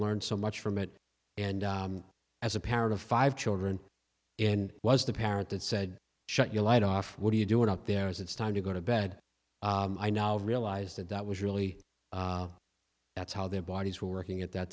learned so much from it and as a parent of five children in was the parent that said shut your light off what are you doing out there is it's time to go to bed i now realize that that was really that's how their bodies were working at that